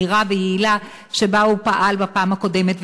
מהירה ויעילה שלו בפעם הקודמת,